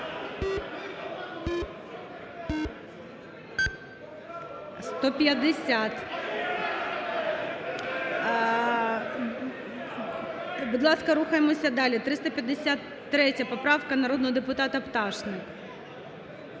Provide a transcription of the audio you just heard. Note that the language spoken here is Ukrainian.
За-150 Будь ласка, рухаємося далі. 353 поправка народного депутата Пташник.